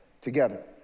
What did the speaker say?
together